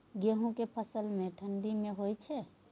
गेहूं के फसल ठंडी मे होय छै?